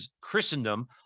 Christendom